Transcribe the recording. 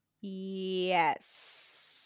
yes